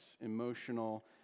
emotional